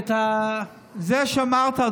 זה שאמרת,